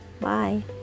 Bye